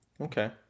Okay